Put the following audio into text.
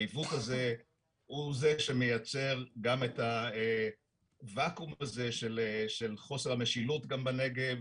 העיוות הזה הוא זה שמייצר גם את הוואקום הזה של חוסר המשילות בנגב,